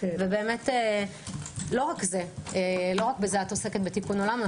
לא רק בזה את עוסקת בתיקון עולם.